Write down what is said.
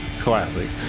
Classic